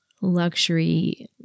luxury